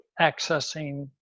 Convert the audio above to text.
accessing